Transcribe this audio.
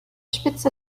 spitze